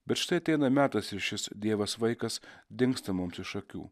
bet štai ateina metas ir šis dievas vaikas dingsta mums iš akių